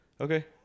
Okay